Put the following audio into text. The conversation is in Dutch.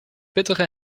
pittige